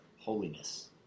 holiness